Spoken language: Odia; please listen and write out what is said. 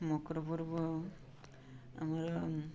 ମକର ପର୍ବ ଆମର